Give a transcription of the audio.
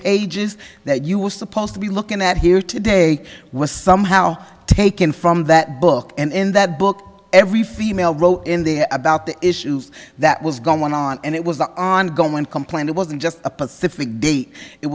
pages that you were supposed to be looking at here today was somehow taken from that book and in that book every female wrote in the about the issues that was going on and it was an ongoing one complaint it wasn't just a pacific date it